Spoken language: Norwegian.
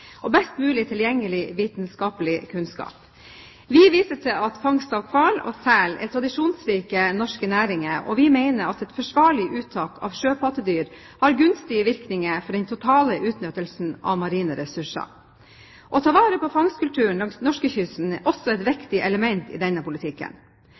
og best mulig tilgjengelig vitenskapelig kunnskap. Vi viser til at fangst av hval og sel er tradisjonsrike norske næringer, og vi mener at et forsvarlig uttak av sjøpattedyr har gunstige virkninger for den totale utnyttelsen av marine ressurser. Å ta vare på fangstkulturen langs norskekysten er også et